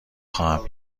خواهم